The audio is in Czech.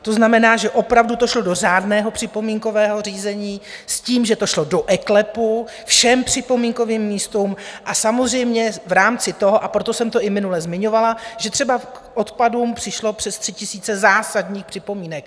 To znamená, že opravdu to šlo do řádného připomínkového řízení s tím, že to šlo do eKLEPu, všem připomínkovým místům, a samozřejmě v rámci toho, a proto jsem to i minule zmiňovala, že třeba k odpadům přišlo přes 3 000 zásadních připomínek.